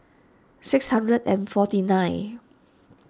six hundred and forty nine